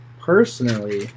personally